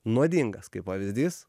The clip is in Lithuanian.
nuodingas kaip pavyzdys